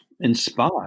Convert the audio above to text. inspired